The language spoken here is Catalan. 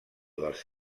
dels